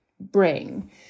bring